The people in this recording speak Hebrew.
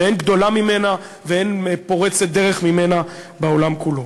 שאין גדולה ממנה ואין פורצת דרך ממנה בעולם כולו.